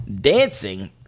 dancing